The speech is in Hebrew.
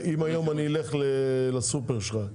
אם היום אני אלך לאחד מהסופרים שלך,